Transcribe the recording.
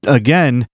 again